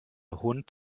hund